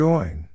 Join